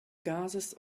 gases